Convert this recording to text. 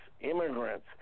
immigrants